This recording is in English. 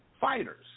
fighters